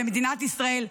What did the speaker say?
ובמדינת ישראל,